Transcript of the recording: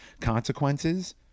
consequences